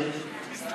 נגד.